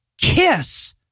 kiss